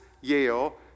Yale